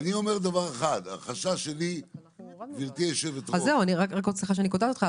סליחה שאני קוטעת אותך,